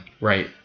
Right